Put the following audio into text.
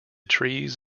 trees